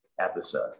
episode